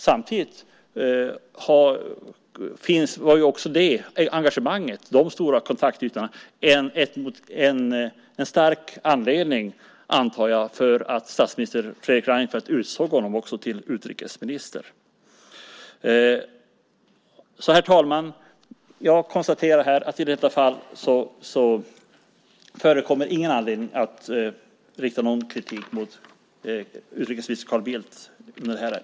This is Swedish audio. Samtidigt var också det engagemanget och de stora kontaktytorna en stark anledning, antar jag, till att statsminister Fredrik Reinfeldt utsåg honom till utrikesminister. Herr talman! Jag konstaterar att det i detta ärende inte förekommer någon anledning att rikta kritik mot utrikesminister Carl Bildt.